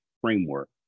framework